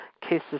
cases